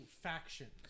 factions